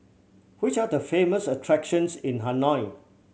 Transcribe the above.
which are the famous attractions in Hanoi